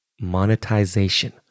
Monetization